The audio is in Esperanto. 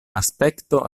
aspekto